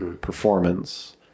performance